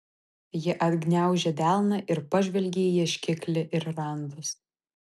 ji atgniaužė delną ir pažvelgė į ieškiklį ir randus